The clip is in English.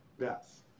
Yes